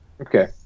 Okay